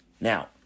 Now